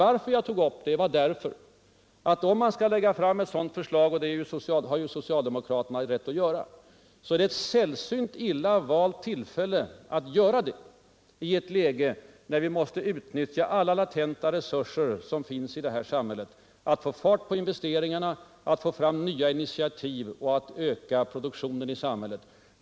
Att jag tog upp det berodde emellertid på att om man skall lägga fram ett sådant förslag — och det har socialdemokraterna rätt att göra — är det sällsynt illa valt att göra det i ett läge, när vi måste utnyttja alla latenta resurser som finns i detta samhälle för att få fart på investeringarna, främja nya initiativ och öka produktionen i samhället.